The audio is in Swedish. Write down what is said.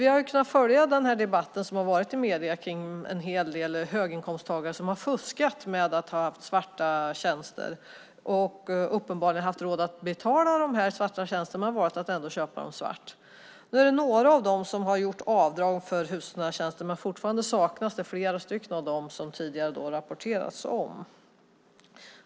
Vi har kunnat följa mediedebatten om hur en hel del höginkomsttagare fuskat genom att köpa svarta tjänster. Trots att de uppenbarligen haft råd att betala för tjänsterna har de valt att köpa dem svart. Några av dem har nu gjort avdrag för hushållsnära tjänster, men fortfarande saknas flera av dem som det tidigare rapporterats om.